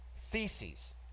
theses